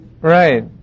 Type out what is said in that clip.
Right